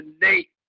Nate